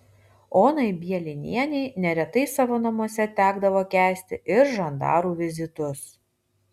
onai bielinienei neretai savo namuose tekdavo kęsti ir žandarų vizitus